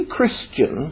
Christian